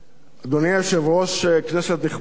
אדוני היושב-ראש, כנסת נכבדה,